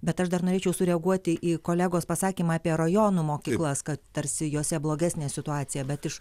bet aš dar norėčiau sureaguoti į kolegos pasakymą apie rajonų mokyklas kad tarsi jose blogesnė situacija bet iš